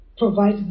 provide